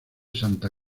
santa